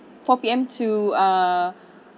four P_M to err